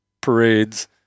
parades